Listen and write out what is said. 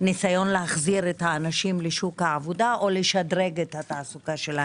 הניסיון להחזיר אנשים לשוק העבודה או לשדרג את התעסוקה שלהם.